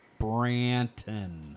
branton